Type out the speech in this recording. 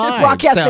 Broadcasting